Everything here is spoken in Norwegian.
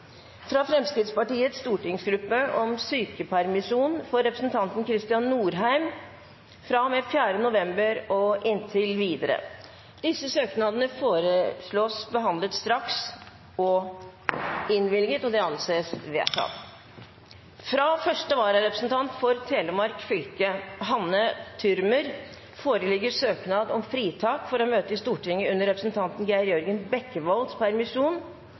fra Fremskrittspartiets stortingsgruppe om sykepermisjon for representanten Kristian Norheim fra og med 4. november og inntil videre Disse søknadene foreslås behandlet straks og innvilget. – Det anses vedtatt. Fra første vararepresentant for Telemark fylke, Hanne Thürmer, foreligger søknad om fritak for å møte i Stortinget under representanten Geir Jørgen Bekkevolds permisjon